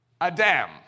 Adam